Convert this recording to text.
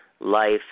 life